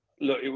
look